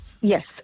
Yes